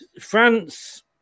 France